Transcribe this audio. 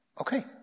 Okay